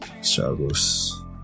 Struggles